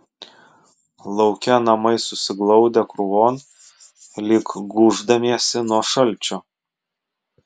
lauke namai susiglaudę krūvon lyg gūždamiesi nuo šalčio